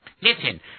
Listen